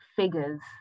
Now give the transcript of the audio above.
figures